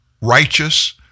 righteous